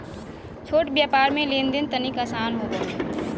छोट व्यापार मे लेन देन तनिक आसान होवो हय